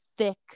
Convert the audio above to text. thick